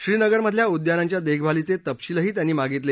श्रीनगरमधल्या उद्यानांच्या देखभालीचे तपशीलही त्यांनी मागितले